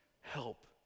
help